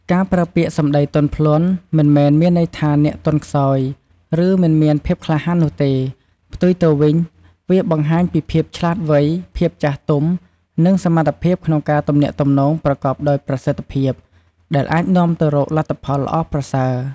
ការប្រើពាក្យសម្ដីទន់ភ្លន់ មិនមែនមានន័យថាអ្នកទន់ខ្សោយ ឬមិនមានភាពក្លាហាននោះទេ ផ្ទុយទៅវិញ វាបង្ហាញពីភាពឆ្លាតវៃ ភាពចាស់ទុំ និងសមត្ថភាពក្នុងការទំនាក់ទំនងប្រកបដោយប្រសិទ្ធភាព ដែលអាចនាំទៅរកលទ្ធផលល្អប្រសើរ។